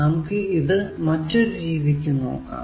നമുക്ക് ഇത് മറ്റൊരു രീതിക്കു നോക്കാം